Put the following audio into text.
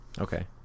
Okay